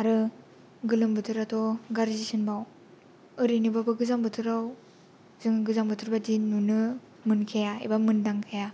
आरो गोलोम बोथोराथ' गारजिसिनबाव ओरैनोबाबो गोजां बोथोराव जों गोजां बोथोर बादि नुनो मोनखाया एबा मोनदांखाया